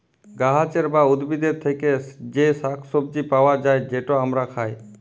গাহাচের বা উদ্ভিদের থ্যাকে যে শাক সবজি পাউয়া যায়, যেট আমরা খায়